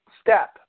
step